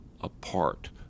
apart